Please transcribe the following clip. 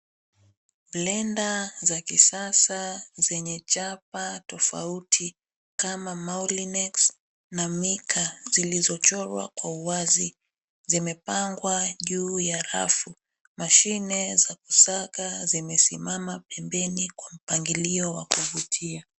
Blender za kisasa zenye chapa tofuati kama Moulinex na Mika zilizochorwa kwa uwazi zimepangwa juu ya rafu. Mashine za kusaga zimesimama pembeni kwa mpangilio wa kuvutia.